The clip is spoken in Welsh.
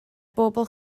bobl